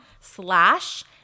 slash